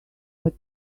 but